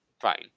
Fine